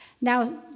Now